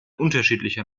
unterschiedlicher